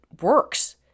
works